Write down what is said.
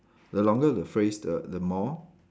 the longer the phrase the the more